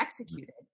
executed